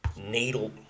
needle